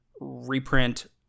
reprint